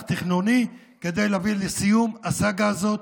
תכנוני כדי להביא לסיום הסאגה הזאת.